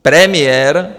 Premiér...